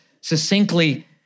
succinctly